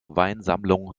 weinsammlung